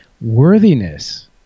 worthiness